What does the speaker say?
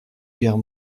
guerre